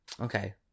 Okay